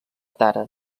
tara